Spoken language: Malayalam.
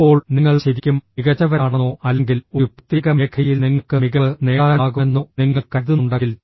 ഇപ്പോൾ നിങ്ങൾ ശരിക്കും മികച്ചവരാണെന്നോ അല്ലെങ്കിൽ ഒരു പ്രത്യേക മേഖലയിൽ നിങ്ങൾക്ക് മികവ് നേടാനാകുമെന്നോ നിങ്ങൾ കരുതുന്നുണ്ടെങ്കിൽ